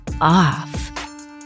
off